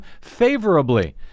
favorably